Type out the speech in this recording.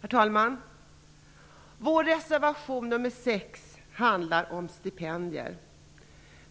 Herr talman! Vår reservation nr 6 handlar om stipendier.